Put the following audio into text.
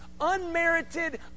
unmerited